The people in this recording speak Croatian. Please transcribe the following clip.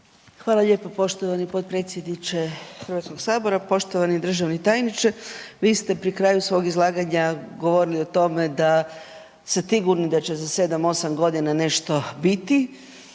Hvala lijepo poštovani potpredsjedniče HS. Poštovani državni tajniče, vi ste pri kraju svog izlaganja govorili o tome da ste sigurni da će za 7-8.g. nešto biti.